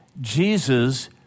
Jesus